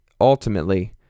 ultimately